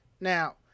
Now